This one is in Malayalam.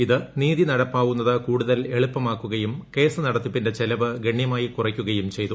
ഇത് നീതി നടപ്പാവുന്നത് കൂടുതൽ എളുപ്പമാക്കുകയും കേസ് നടത്തിപ്പിന്റെ ചെലവ് ഗണ്യമായി കുറയ്ക്കുകയും ചെയ്തു